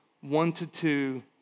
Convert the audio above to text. one-to-two